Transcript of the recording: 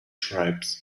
tribes